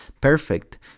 perfect